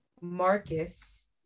Marcus